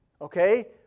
okay